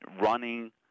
running